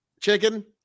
chicken